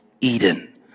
Eden